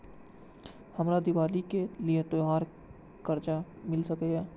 हमरा दिवाली के लिये त्योहार कर्जा मिल सकय?